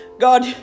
God